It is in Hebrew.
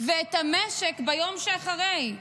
ואת המשק ביום שאחרי?